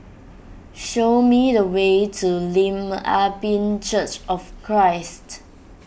show me the way to Lim Ah Pin Church of Christ